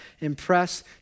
impress